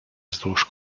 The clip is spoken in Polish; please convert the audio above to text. wzdłuż